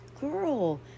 girl